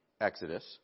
Exodus